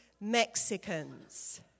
mexicans